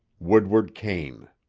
woodward kane